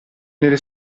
nelle